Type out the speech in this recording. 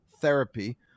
therapy